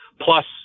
plus